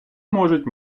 можуть